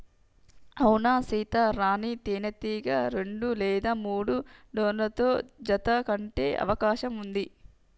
అవునా సీత, రాణీ తేనెటీగ రెండు లేదా మూడు డ్రోన్లతో జత కట్టె అవకాశం ఉంది